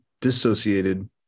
dissociated